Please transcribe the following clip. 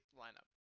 lineup